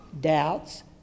doubts